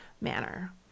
manner